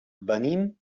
venim